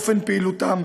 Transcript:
אופן פעילותם,